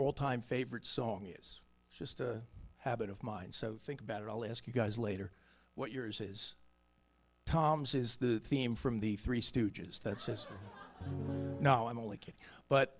all time favorite song is just a habit of mine so think about it i'll ask you guys later what yours is tom says the theme from the three stooges that says no i'm only kidding but